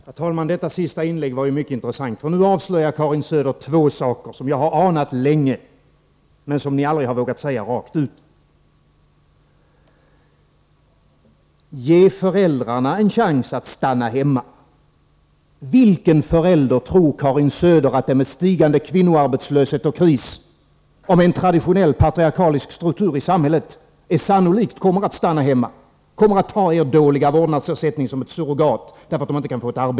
Herr talman! Det här senaste inlägget var mycket intressant. Nu avslöjar Karin Söder två saker som jag har anat länge men som ni aldrig har vågat säga rakt ut. Ge föräldrarna en chans att stanna hemma, säger Karin Söder. Vilka föräldrar tror Karin Söder kommer att stanna hemma och ta er dåliga vårdnadsersättning som ett surrogat därför att de inte kan få arbete i ett samhälle med stigande kvinnoarbetslöshet och kris och med en traditionell patriarkalisk struktur?